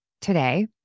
today